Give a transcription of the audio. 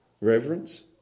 reverence